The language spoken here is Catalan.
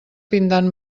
pintant